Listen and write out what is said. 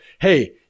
hey